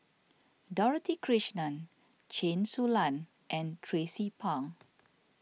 Dorothy Krishnan Chen Su Lan and Tracie Pang